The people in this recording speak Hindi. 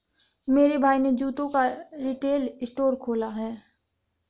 मेरे भाई ने जूतों का रिटेल स्टोर खोला है